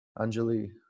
Anjali